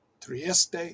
Trieste